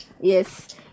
yes